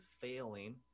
failing